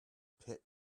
pit